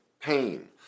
pain